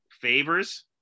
favors